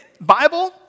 Bible